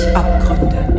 abgründe